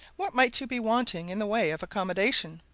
what might you be wanting in the way of accommodation?